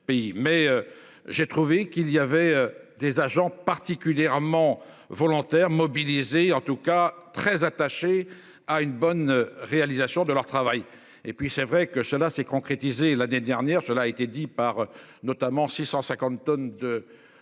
mais j'ai trouvé qu'il y avait des agents particulièrement volontaires mobilisés en tout cas très attaché à une bonne réalisation de leur travail et puis c'est vrai que cela s'est concrétisé l'année dernière, cela a été dit par notamment 650 tonnes de